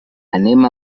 anem